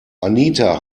anita